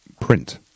print